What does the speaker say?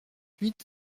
huit